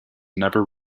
never